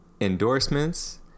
endorsements